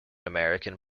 american